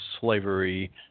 slavery